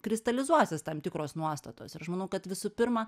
kristalizuosis tam tikros nuostatos ir aš manau kad visų pirma